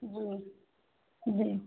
जी जी